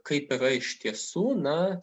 kaip yra iš tiesų na